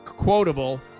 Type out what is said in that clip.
quotable